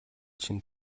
чинь